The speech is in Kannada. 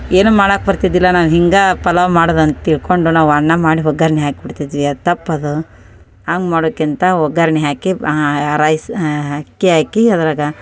ಏನು ಮಾಡೋಕ್ ಬರ್ತಿದ್ದಿಲ್ಲ ನಾನು ಹೀಗೆ ಪಲಾವ್ ಮಾಡೋದು ಅಂತ ತಿಳ್ಕೊಂಡು ನಾವು ಅನ್ನ ಮಾಡಿ ಒಗ್ಗರ್ಣೆ ಹಾಕಿಬಿಡ್ತಿದ್ವಿ ಅದು ತಪ್ಪದು ಹಾಗ್ ಮಾಡೋಕ್ಕಿಂತ ಒಗ್ಗರ್ಣೆ ಹಾಕಿ ರೈಸ್ ಹಾಂ ಅಕ್ಕಿ ಹಾಕಿ ಅದ್ರಲ್ಲಿ